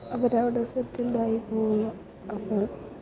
അവരവിടെ സെറ്റിൽഡായിപ്പോവുന്നു അപ്പം